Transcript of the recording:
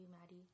Maddie